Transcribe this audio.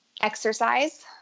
Exercise